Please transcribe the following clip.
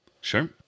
Sure